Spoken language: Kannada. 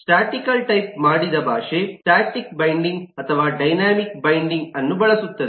ಸ್ಟಾಟಿಕಲ್ ಟೈಪ್ ಮಾಡಿದ ಭಾಷೆ ಸ್ಟಾಟಿಕ ಬೈಂಡಿಂಗ್ ಅಥವಾ ಡೈನಾಮಿಕ್ ಬೈಂಡಿಂಗ್ ಅನ್ನು ಬಳಸುತ್ತದೆ